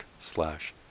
slash